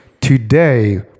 Today